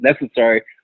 necessary